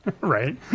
right